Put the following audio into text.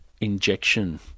injection